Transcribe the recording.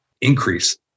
increase